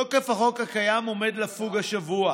תוקף החוק הקיים עומד לפוג השבוע,